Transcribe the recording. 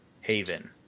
Haven